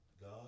God